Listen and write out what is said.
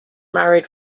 married